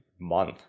month